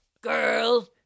Girl